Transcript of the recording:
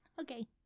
okay